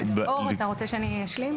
אור, אתה רוצה שאני אשלים?